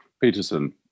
Peterson